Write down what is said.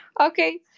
okay